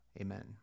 Amen